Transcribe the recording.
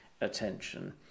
attention